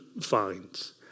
fines